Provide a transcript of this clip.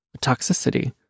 toxicity